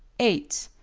eight.